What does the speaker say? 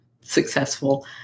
successful